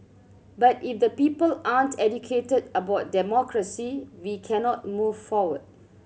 but if the people aren't educated about democracy we cannot move forward